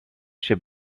się